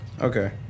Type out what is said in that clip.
Okay